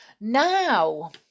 Now